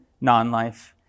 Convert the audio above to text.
non-life